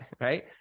right